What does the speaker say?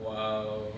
!wow!